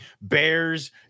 bears